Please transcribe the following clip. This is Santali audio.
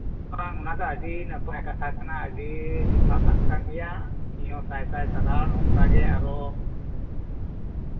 ᱵᱟᱝ ᱚᱱᱟ ᱫᱚ ᱟᱹᱰᱤ ᱱᱟᱯᱟᱭ ᱠᱟᱛᱷᱟ ᱠᱟᱱᱟ ᱟᱹᱰᱤ ᱡᱚᱛᱷᱟᱛᱟᱜ ᱠᱟᱱ ᱜᱮᱭᱟ ᱤᱧ ᱦᱚᱸ ᱥᱟᱭ ᱥᱟᱭ ᱥᱟᱨᱦᱟᱣ ᱱᱚᱝᱠᱟᱜᱮ ᱟᱨᱦᱚᱸ